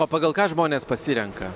o pagal ką žmonės pasirenka